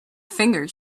finger